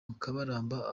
mukabaramba